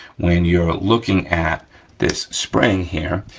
when you're looking at this spring here,